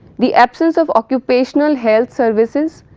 the absence of occupational health services,